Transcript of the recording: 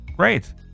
great